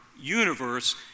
universe